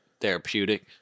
therapeutic